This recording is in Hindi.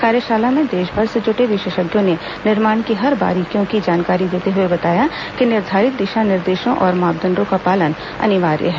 कार्याशाला में देशभर से जुटे विशेषज्ञों ने निर्माण की हर बारीकियों की जानकारी देते हुए बताया कि निर्धारित दिशा निर्देशों और मापदंडों का पालन अनिवार्य है